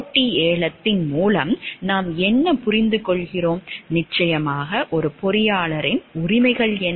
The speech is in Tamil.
போட்டி ஏலத்தின் மூலம் நாம் என்ன புரிந்துகொள்கிறோம் நிச்சயமாக ஒரு பொறியாளரின் உரிமைகள் என்ன